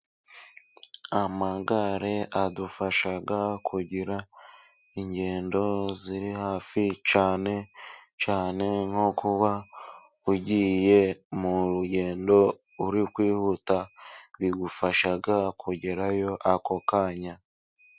Amagare adufasha kugira ingendo ziri hafi cyane cyane, nko kuba ugiye mu rugendo uri kwihuta bigufasha kugerayo ako kanya.